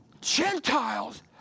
Gentiles